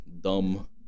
dumb